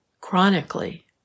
chronically